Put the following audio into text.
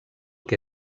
que